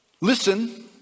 Listen